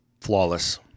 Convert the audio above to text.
flawless